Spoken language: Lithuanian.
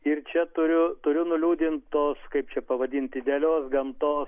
ir čia turiu turiu nuliūdint tos kaip čia pavadinti idealios gamtos